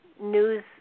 news